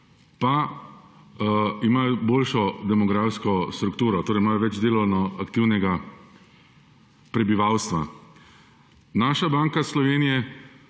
pa imajo boljšo demografsko strukturo, imajo več delovno aktivnega prebivalstva. Naša Banka Slovenije